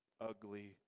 ugly